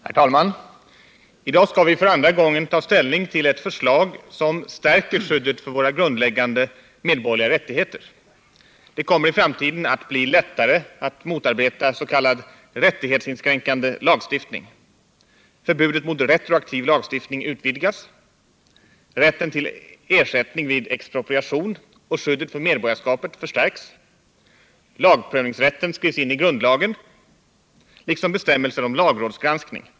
Herr talman! I dag skall vi för andra gången ta ställning till ett förslag som stärker skyddet för våra grundläggande medborgerliga rättigheter. Det kommer i framtiden att bli lättare att motarbeta s.k. rättighetsinskränkande lagstiftning. Förbudet mot retroaktiv lagstiftning utvidgas. Rätten till ersättning vid expropriation och skyddet för medborgarskap förstärks. Lagprövningsrätten skrivs in i grundlagen, liksom bestämmelser om lagrådsgranskning.